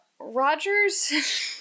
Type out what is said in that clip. Roger's